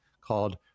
called